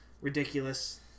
ridiculous